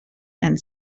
and